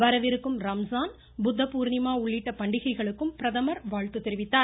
வரவிருக்கும் ரம்ஜான் புத்த பூர்ணிமா உள்ளிட்ட பண்டிகைகளுக்கு பிரதமர் வாழ்த்து தெரிவித்தார்